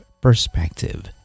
perspective